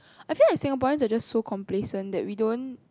I think Singaporeans are just so complacent that we don't